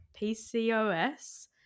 PCOS